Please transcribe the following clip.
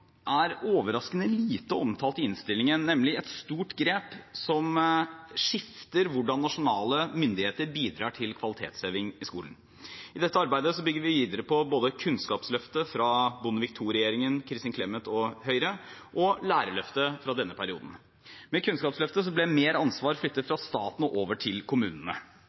er overraskende lite omtalt i innstillingen, nemlig et stort grep som skifter hvordan nasjonale myndigheter bidrar til kvalitetsheving i skolen. I dette arbeidet bygger vi videre på både Kunnskapsløftet fra Bondevik II-regjeringen, Kristin Clemet og Høyre, og Lærerløftet fra denne perioden. Med Kunnskapsløftet ble mer ansvar flyttet fra staten og over til kommunene.